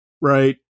right